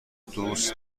دوست